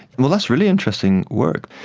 well, that's really interesting work.